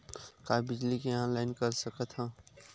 का बिजली के ऑनलाइन कर सकत हव?